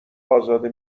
ازاده